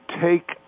take